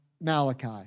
Malachi